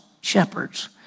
shepherds